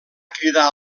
cridar